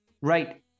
right